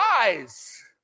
eyes